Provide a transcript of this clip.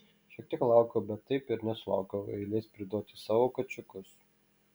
šitiek laukiau bet taip ir nesulaukiau eilės priduoti savo kačiukus